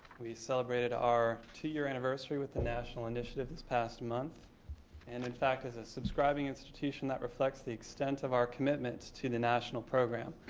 we celebrated our two-year anniversary with the national initiatives this past month and in fact as a subscribing institution that reflects the extent of our commitment to the national program.